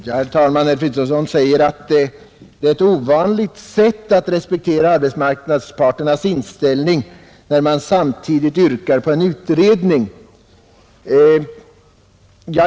Herr talman! Herr Fridolfsson säger att det är ett ovanligt sätt att respektera arbetsmarknadsparternas inställning, om man samtidigt yrkar på en utredning.